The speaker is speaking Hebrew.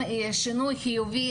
יש שינוי חיובי